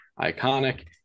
iconic